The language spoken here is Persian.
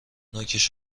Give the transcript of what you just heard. نوکش